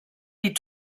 die